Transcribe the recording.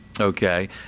Okay